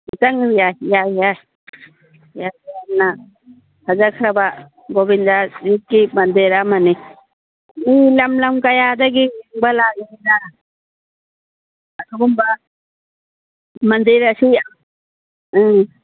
ꯆꯪꯕ ꯌꯥꯏ ꯌꯥꯏ ꯌꯥꯏ ꯐꯖꯈ꯭ꯔꯕ ꯒꯣꯕꯤꯟꯗꯖꯤꯒꯤ ꯃꯟꯗꯤꯔ ꯑꯃꯅꯤ ꯃꯤ ꯂꯝ ꯂꯝ ꯀꯌꯥꯗꯒꯤ ꯌꯦꯡꯕ ꯂꯥꯛꯂꯤꯅꯤꯗ ꯑꯗꯨꯒꯨꯝꯕ ꯃꯟꯗꯤꯔ ꯑꯁꯤ ꯑꯪ